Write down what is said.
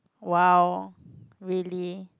!wow! really